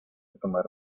tomar